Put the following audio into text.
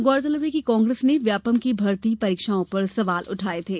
गौरतलब है कि कांग्रेस ने व्यापमं की भर्ती परीक्षाओं पर सवाल उठाये थे